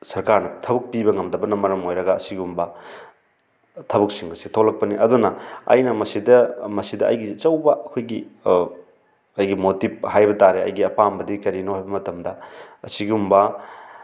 ꯁꯔꯀꯥꯔꯅ ꯊꯕꯛ ꯄꯤꯕ ꯉꯝꯗꯕꯅ ꯃꯔꯝ ꯑꯣꯏꯔꯒ ꯑꯁꯤꯒꯨꯝꯕ ꯊꯕꯛꯁꯤꯡ ꯑꯁꯤ ꯊꯣꯛꯂꯛꯄꯅꯤ ꯑꯗꯨꯅ ꯑꯩꯅ ꯃꯁꯤꯗ ꯃꯁꯤꯗ ꯑꯩꯒꯤ ꯑꯆꯧꯕ ꯑꯈꯣꯏꯒꯤ ꯑꯩꯒꯤ ꯃꯣꯇꯤꯞ ꯍꯥꯏꯕ ꯇꯥꯔꯦ ꯑꯩꯒꯤ ꯑꯄꯥꯝꯕꯗꯤ ꯀꯔꯤꯅꯣ ꯍꯥꯏꯕ ꯃꯇꯝꯗ ꯑꯁꯤꯒꯨꯝꯕ